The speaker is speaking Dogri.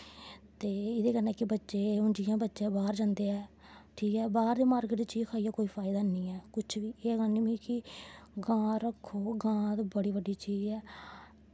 ते एह्दे कन्नै कि जि'यां बच्चे बाह्र जंदे न ठीक ऐ बाह्र दी मार्किट दी चीज खाइयै कोई फैदा ऐ निं ऐ कुछ बी एह् गलानी में कि गां रक्खो गां बड़ी बड्डी चीज ऐ